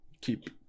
keep